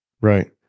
Right